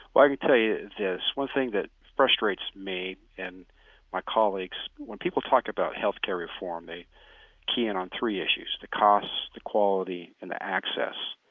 well, i could tell you this, one thing that frustrates me and my colleagues, when people talk about health care reform, they key in on three issues the cost, the quality and the access.